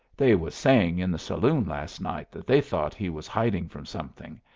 they was saying in the saloon last night that they thought he was hiding from something,